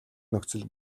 нөхцөл